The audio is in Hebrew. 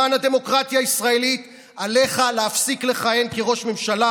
למען הדמוקרטיה הישראלית עליך להפסיק לכהן כראש ממשלה,